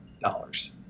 dollars